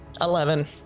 Eleven